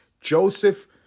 joseph